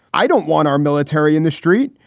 i don't want our military in the street.